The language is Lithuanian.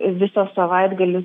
visas savaitgalis